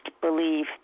believe